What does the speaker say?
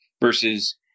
versus